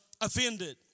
offended